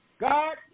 God